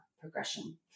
progression